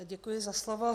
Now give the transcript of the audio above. Děkuji za slovo.